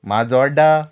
Majorda